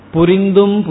Purindum